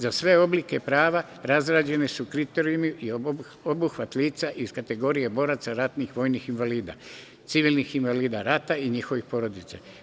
Za sve oblike prava razrađeni su kriterijumi i obuhvat lica iz kategorije boraca ratnih vojnih invalida, civilnih invalida rata i njihovih porodica.